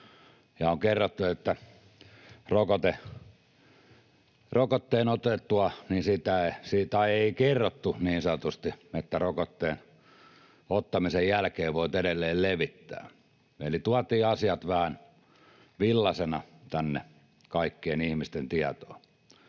taikaviitta armeijassa, mutta ei kerrottu niin sanotusti, että rokotteen ottamisen jälkeen voit edelleen levittää. Eli tuotiin asiat vähän villaisina tänne kaikkien ihmisten tietoon.